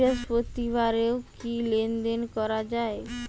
বৃহস্পতিবারেও কি লেনদেন করা যায়?